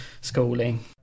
schooling